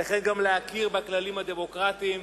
עליכם גם להכיר בכללים הדמוקרטיים.